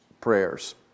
prayers